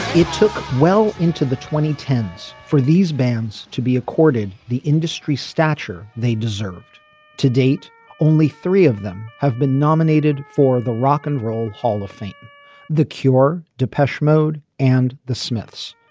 it took well into the twenty ten s for these bands to be accorded the industry stature they deserved to date only three of them have been nominated for the rock and roll hall of fame the cure depeche mode and the smiths.